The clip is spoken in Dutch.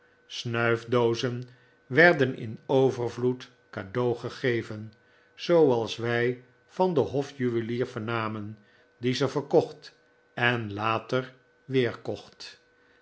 snuifdoozen werden in overvloed cadeau gegeven zooals wij van den hofjuwelier vernamen die ze verkocht en later weer